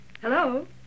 Hello